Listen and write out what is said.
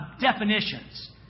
definitions